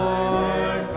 Lord